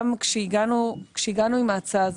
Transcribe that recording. גם כשהגענו עם ההצעה הזאת,